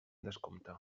descompte